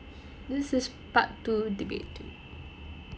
this is part two debate two